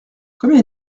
combien